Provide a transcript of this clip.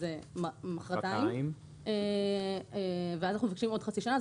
שזה מוחרתיים, ואנחנו מבקשים עוד חצי שנה.